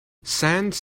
sans